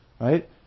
right